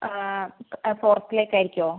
ഫോർത്തിലേക്ക് ആയിരിക്കുമോ